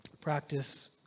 practice